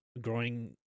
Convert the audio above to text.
growing